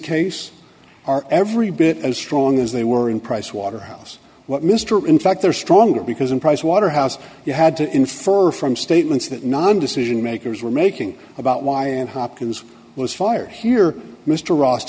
case are every bit as strong as they were in pricewaterhouse what mr in fact they're stronger because in pricewaterhouse you had to infer from statements that non decision makers were making about why and hopkins was fired here mr ro